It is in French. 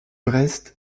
reste